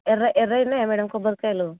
ఎర్ర ఎర్రవి ఉన్నాయా మేడం కొబ్బరికాయలు